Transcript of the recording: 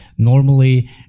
Normally